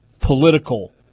political